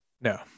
No